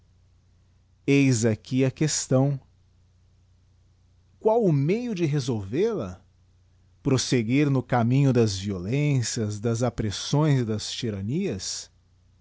eis aqui a questão qual é o meio de resolvel a prosegrir no caminho das violências das appresbões e das tyrannias